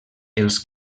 els